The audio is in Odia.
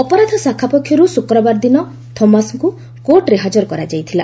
ଅପରାଧ ଶାଖା ପକ୍ଷରୁ ଶୁକ୍ରବାର ଦିନ ଥୋମାସଙ୍କୁ କୋର୍ଟରେ ହାଜର କରାଯାଇଥିଲା